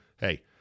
Hey